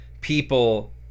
people